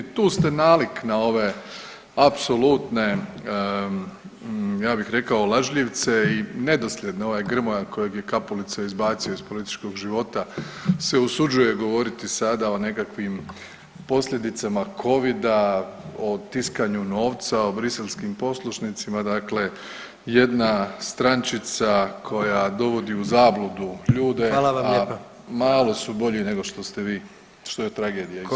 Tu ste nalik na ove apsolutne ja bih rekao lažljivce i nedosljedne, ovaj Grmoja kojeg je Kapulica izbacio iz političkog života se usuđuje govoriti sada o nekakvim posljedicama covida, o tiskanju novca, o briselskim poslužnicima dakle jedna srančica koja dovodi u zabludu ljude, a …/Hvala vam lijepa/…malo su bolji nego što ste vi, što je tragedija isto.